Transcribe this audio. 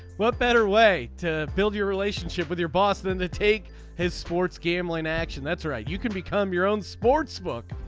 what better way to build your relationship with your boss than to take his sports gambling action. that's right. you can become your own sportsbook.